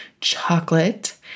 chocolate